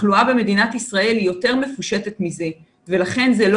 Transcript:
התחלואה במדינת ישראל היא יותר מפושטת מזה ולכן זה לא